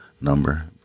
number